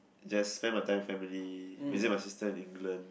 just spend my time with family visit my sister in England